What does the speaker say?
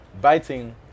Biting